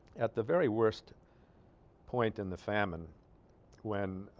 at the very worst point in the famine when ah.